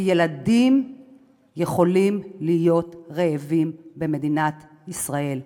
כי ילדים יכולים להיות רעבים במדינת ישראל.